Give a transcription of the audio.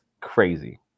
crazy